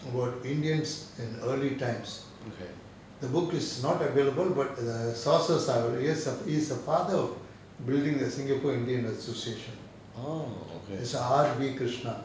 about indians and early times the book is not available but the sources are because he is a father of building the singapore indian association mister R B krishnan